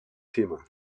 thema